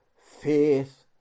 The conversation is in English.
faith